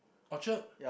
Orchard